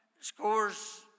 scores